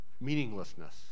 meaninglessness